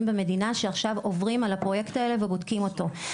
במדינה שעכשיו עוברים על הפרויקט הזה ובודקים אותו.